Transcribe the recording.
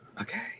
Okay